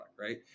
Right